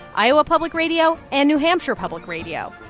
iowa public radio and new hampshire public radio,